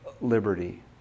Liberty